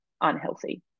unhealthy